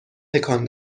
تکان